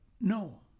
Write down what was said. no